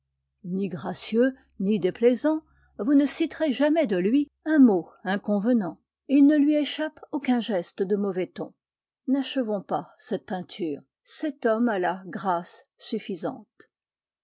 ni gracieux ni déplaisant vous ne citerez jamais de lui un mot inconvenant et il ne lui échappe aucun geste de mauvais ton n'achevons pas cette peinture cet homme a la grâce suffisante